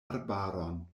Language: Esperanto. arbaron